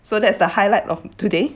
so that's the highlight of today